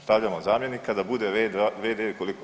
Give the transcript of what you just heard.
Stavljamo zamjenika da bude v.d. Koliko